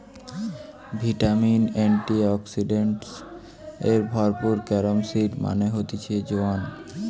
vitamin, antioxidants এ ভরপুর carom seed মানে হতিছে জোয়ান